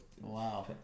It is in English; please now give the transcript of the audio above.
Wow